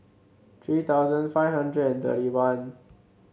three thousand five hundred and thirty one